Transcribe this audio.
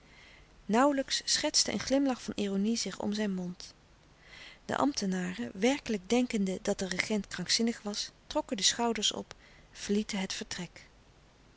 nauwlijks schetste een glimlach van ironie zich om zijn mond de ambtenaren werkelijk denkende dat de regent krankzinnig was trokken de schouders op verlieten het vertrek